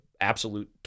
absolute